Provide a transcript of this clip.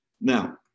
Now